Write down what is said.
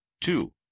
Two